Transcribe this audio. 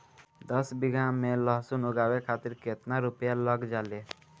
दस बीघा में लहसुन उगावे खातिर केतना रुपया लग जाले?